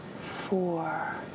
four